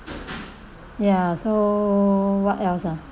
ya so what else ah